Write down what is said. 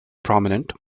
prominent